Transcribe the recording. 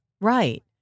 Right